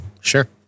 Sure